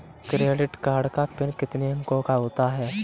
Credit card का PIN कितने अंकों का होता है?